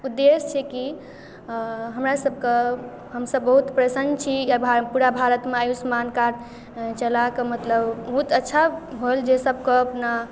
उद्देश्य छै कि हमरा सभके हम सभ बहुत प्रसन्न छी कि हमरा पूरा भारतमे आयुष्मान कार्ड चलाके मतलब बहुत अच्छा होल जे सभके अपना